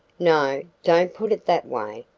no, don't put it that way,